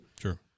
Sure